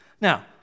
Now